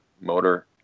motor